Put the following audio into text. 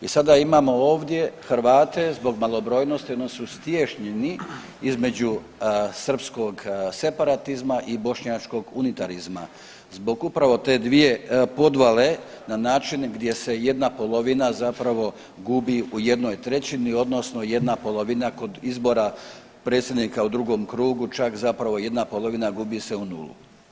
I sada imamo ovdje Hrvate zbog malobrojnosti oni su stiješnjeni između srpskog separatizma i bošnjačkog unitarizma, zbog upravo te dvije podvale na način gdje se jedna polovina zapravo gubi u jednoj trećini odnosno jedna polovina kod izbora predsjednika u drugom krugu čak zapravo jedna polovina gubi se u nulu.